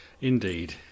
Indeed